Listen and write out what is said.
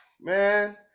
man